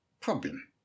problem